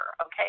okay